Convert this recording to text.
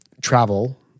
travel